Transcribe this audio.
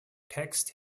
text